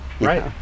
right